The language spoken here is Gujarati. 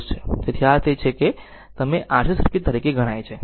તેથી આ તે છે જેને તમે RC સર્કિટ તરીકે ગણાય છે